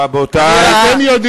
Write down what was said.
הרב גפני, אתה יודע